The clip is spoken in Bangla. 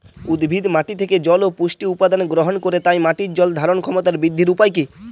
উদ্ভিদ মাটি থেকে জল ও পুষ্টি উপাদান গ্রহণ করে তাই মাটির জল ধারণ ক্ষমতার বৃদ্ধির উপায় কী?